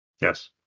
Yes